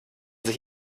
sich